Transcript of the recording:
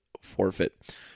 forfeit